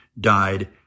died